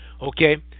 okay